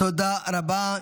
תודה רבה.